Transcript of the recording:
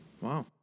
Wow